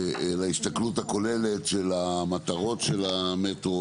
להסתכלות הכוללת של המטרות של המטרו